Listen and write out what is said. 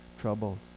troubles